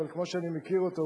אבל כפי שאני מכיר אותו,